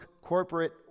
corporate